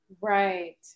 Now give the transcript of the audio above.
Right